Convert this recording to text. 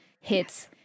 hits